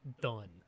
done